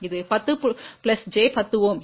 இது 10 j 10 Ω